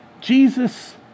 Jesus